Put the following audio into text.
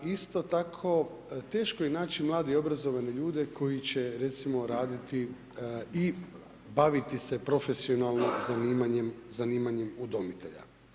Isto tako teško je naći mlade i obrazovane ljude koji će recimo raditi i baviti se profesionalno zanimanjem udomitelja.